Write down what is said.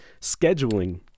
scheduling